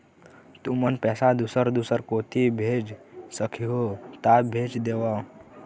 तुमन पैसा दूसर दूसर कोती भेज सखीहो ता भेज देवव?